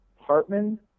Hartman